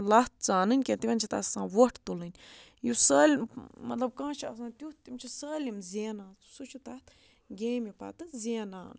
لَتھ ژانٕنۍ کیٚنٛہہ تِمَن چھِ تَتھ آسان وۄٹھ تُلٕنۍ یُس سٲلۍ مطلب کانٛہہ چھِ آسان تیُتھ تِم چھِ سٲلِم زینان تہٕ سُہ چھِ تَتھ گیمہِ پَتہٕ زینان